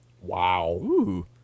Wow